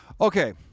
Okay